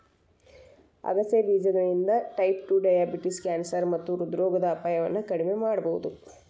ಆಗಸೆ ಬೇಜಗಳಿಂದ type two diabetes, cancer ಮತ್ತ ಹೃದ್ರೋಗದ ಅಪಾಯವನ್ನ ಕಡಿಮಿ ಮಾಡಬೋದು